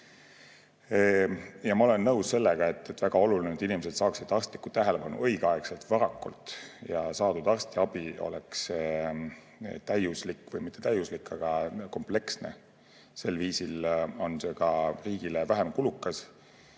Ma olen nõus sellega, et on väga oluline, et inimesed saaksid arstlikku tähelepanu õigeaegselt ja varakult ning saadud arstiabi oleks täiuslik. Õigemini mitte täiuslik, vaid kompleksne. Sel viisil on see ka riigile vähem kulukas.